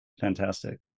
Fantastic